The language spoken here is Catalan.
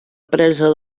presa